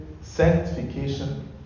sanctification